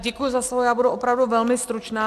Děkuji za slovo, já budu opravdu velmi stručná.